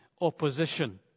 opposition